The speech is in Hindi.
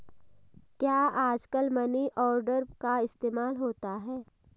क्या आजकल मनी ऑर्डर का इस्तेमाल होता है?